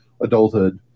adulthood